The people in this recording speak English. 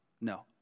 No